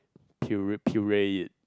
puree puree it